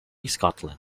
scotland